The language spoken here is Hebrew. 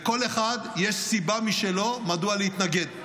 לכל אחד יש סיבה משלו מדוע להתנגד.